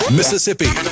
Mississippi